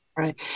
Right